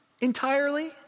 entirely